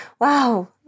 Wow